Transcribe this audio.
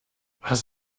was